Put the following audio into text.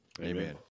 Amen